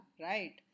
right